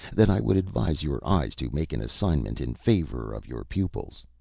that i would advise your eyes to make an assignment in favor of your pupils.